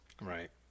Right